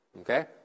Okay